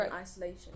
isolation